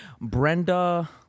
Brenda